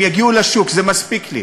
הם יגיעו לשוק, זה מספיק לי.